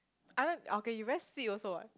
okay you very sweet also what